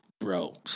Bro